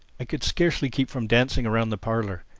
i could scarcely keep from dancing round the parlor.